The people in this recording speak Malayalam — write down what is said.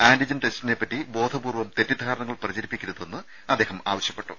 ആന്റിജൻ ടെസ്റ്റിനെപ്പറ്റി ബോധപൂർവ്വം തെറ്റിദ്ധാരണകൾ പ്രചരിപ്പിക്കരുതെന്ന് അദ്ദേഹം ആവശ്യപ്പെട്ടു